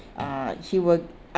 uh she will